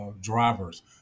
drivers